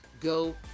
Go